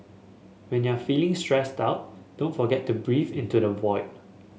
when you are feeling stressed out don't forget to breathe into the void